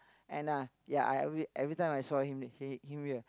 and uh ya I every every time I saw him him here